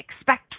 expect